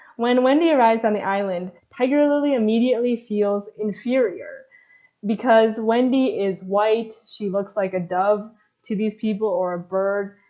when wendy arrives on the island tiger lily immediately feels inferior because wendy is white, looks like a dove to these people or a bird,